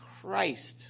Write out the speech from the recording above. Christ